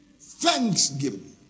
thanksgiving